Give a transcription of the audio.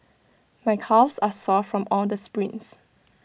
my calves are sore from all the sprints